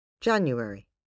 January